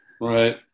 Right